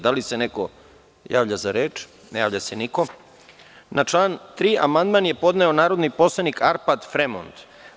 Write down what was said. Da li se neko javlja za reč? (Ne.) Na član 3. amandman je podneo narodni poslanik Arpad Fremond.